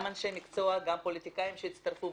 גם אנשי המקצוע וגם פוליטיקאים שהצטרפו,